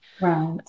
Right